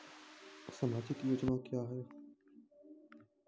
समाजिक योजना क्या हैं?